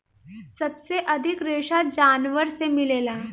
सबसे अधिक रेशा जानवर से मिलेला